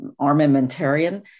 armamentarian